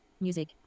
music